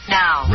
now